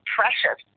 precious